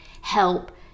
help